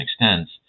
extends